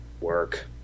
work